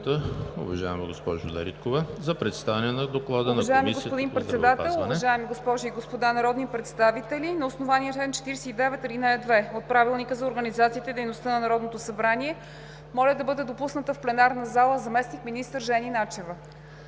уважаема госпожо Дариткова, за представяне на Доклада на Комисията по здравеопазване.